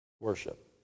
worship